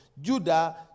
Judah